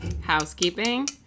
housekeeping